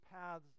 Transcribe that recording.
paths